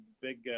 big